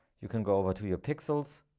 you can go over to your pixels.